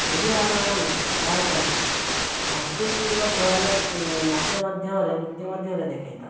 ଓଡ଼ିଆ ଭାଷାକୁ ଆମେ ପ୍ରାୟତଃ ସାଂସ୍କୃତିକ ନାଚ ମାଧ୍ୟମରେ ନୃତ୍ୟ ମଧ୍ୟରେ ଦେଖାଇଥାଉ